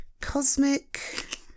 cosmic